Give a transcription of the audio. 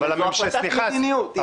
אבל זה החלטת מדיניות.